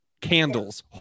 Candles